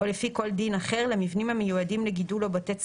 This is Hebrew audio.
או לפי כל דין אחר למבנים המיועדים לגידול או בתי צמיחה,